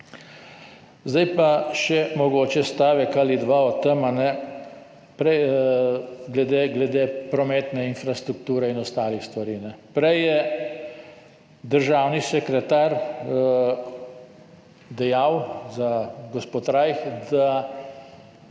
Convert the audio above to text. Zdaj pa še mogoče stavek ali dva o prometni infrastrukturi in ostalih stvareh. Prej je državni sekretar dejal, gospod Rajh, da